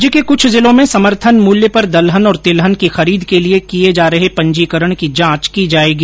राज्य के कुछ जिलों में समर्थन मूल्य पर दलहन और तिलहन की खरीद के लिए किए जा रहे पंजीकरण की जांच की जाएगी